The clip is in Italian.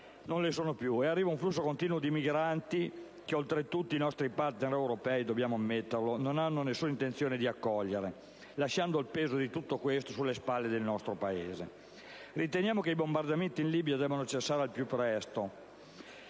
non lo sono più e arriva un flusso continuo di migranti, che oltretutto i nostri *partner* europei - dobbiamo ammetterlo - non hanno nessuna intenzione di accogliere, lasciando il peso di tutto questo sulle spalle del nostro Paese. Riteniamo che i bombardamenti in Libia debbano cessare al più presto.